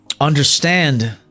understand